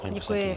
Děkuji.